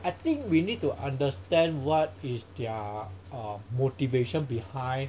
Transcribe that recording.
I think we need to understand what is their err motivation behind